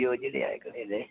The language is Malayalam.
വിയോജിൻ്റെ ചായക്കട അല്ലേ